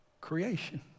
creation